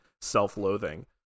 self-loathing